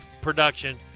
production